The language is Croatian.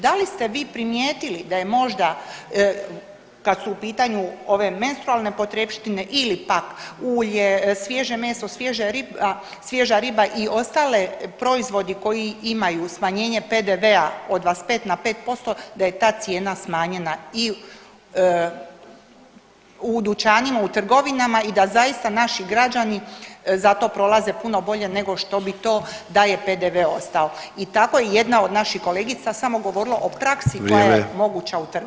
Da li ste vi primijetili da je možda kad su u pitanju ove menstrualne potrepštine ili pak ulje, svježe meso, svježa riba i ostali proizvodi koji imaju smanjenje PDV-a od 25 na 5% da je ta cijena smanjena i u dućanima, u trgovinama i da zaista naši građani zato prolaze puno bolje nego što bi to da je PDV ostao i tako je jedan od naših kolegica samo govorila o praksi koja je moguća u trgovinama.